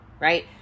right